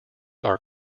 are